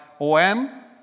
OM